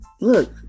look